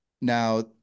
Now